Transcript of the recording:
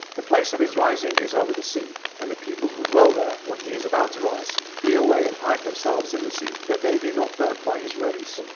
the place of his rising is over the sea and the people who dwell there when he is about to rise, flee away and hide themselves in the sea that they be not burnt by his rays.